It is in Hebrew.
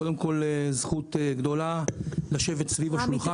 קודם כל, זכות גדולה לשבת סביב השולחן.